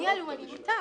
מניע לאומני נותק.